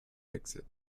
exit